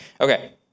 Okay